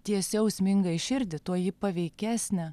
tiesiau sminga į širdį tuo ji paveikesnė